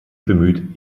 bemüht